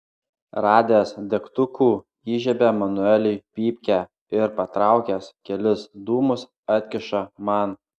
radęs degtukų įžiebia manueliui pypkę ir patraukęs kelis dūmus atkiša man